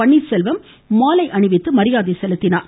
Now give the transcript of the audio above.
பன்னீர்செல்வம் மாலை அணிவித்து மரியாதை செலுத்தினார்